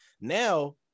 Now